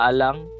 Alang